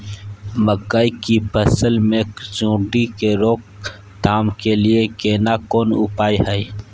मकई की फसल मे सुंडी के रोक थाम के लिये केना कोन उपाय हय?